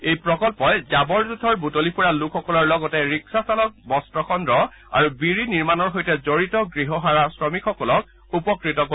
এই প্ৰকল্পই জাৱৰ জোথৰ বুটলিফুৰা লোকসকলৰ লগতে ৰিক্সা চালক বস্ত্ৰ খণ্ড আৰু বিড়ি নিৰ্মাণৰ সৈতে জড়িত গৃহহাৰা শ্ৰমিকসকলক উপকৃত কৰিব